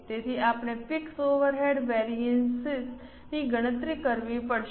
તેથી આપણે fix overhead વેરિએન્સીસની ગણતરી કરવી પડશે